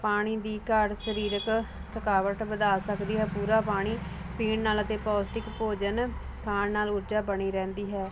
ਪਾਣੀ ਦੀ ਘਾਟ ਸਰੀਰਕ ਥਕਾਵਟ ਵਧਾਅ ਸਕਦੀ ਹੈ ਪੂਰਾ ਪਾਣੀ ਪੀਣ ਵਾਲਾ ਅਤੇ ਪੋਸ਼ਟਿਕ ਭੋਜਨ ਖਾਣ ਨਾਲ ਊਰਜਾ ਬਣੀ ਰਹਿੰਦੀ ਹੈ